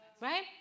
right